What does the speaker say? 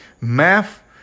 Math